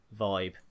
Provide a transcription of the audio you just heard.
vibe